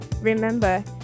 Remember